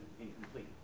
incomplete